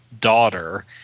daughter